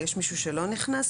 יש מישהו שלא נכנס?